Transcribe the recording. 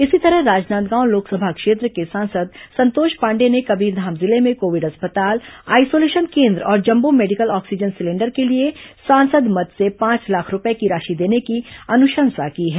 इसी तरह राजनांदगांव लोकसभा क्षेत्र के सांसद संतोष पांडेय ने कबीरधाम जिले में कोविड अस्पताल आइसोलेशन केन्द्र और जम्बो मेडिकल ऑक्सीजन सिलेंडर के लिए सांसद मद से पांच लाख रूपये की राशि देने की अनुशंसा की है